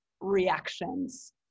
reactions